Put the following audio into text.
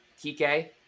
Kike